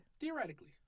Theoretically